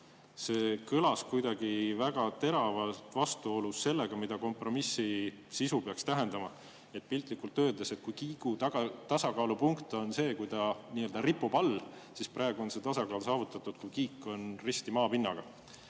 See kõlas kuidagi väga teravalt vastuolus sellega, mida kompromissi sisu peaks tähendama. Piltlikult öeldes, kui kiige tasakaalupunkt on see, kui ta nii-öelda ripub all, siis praegu on see tasakaal saavutatud, kui kiik on risti